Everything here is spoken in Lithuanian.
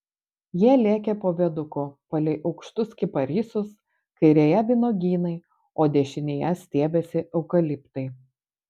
jie lėkė po viaduku palei aukštus kiparisus kairėje vynuogynai o dešinėje stiebėsi eukaliptai